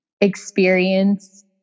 experience